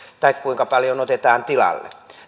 tai kuinka paljon otetaan tilalle